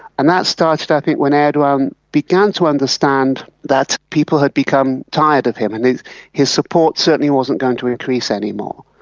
and that started i think when erdogan began to understand that people had become tired of him, and his support certainly wasn't going to increase any more.